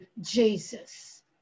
Jesus